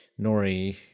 Nori